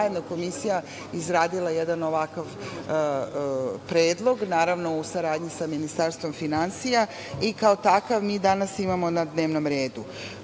Komisija izradila je jedan ovakav predlog naravno u saradnji sa Ministarstvom finansija i kao takav mi ga danas imamo na dnevnom redu. Da